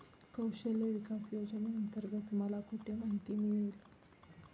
कौशल्य विकास योजनेअंतर्गत मला कुठे माहिती मिळेल?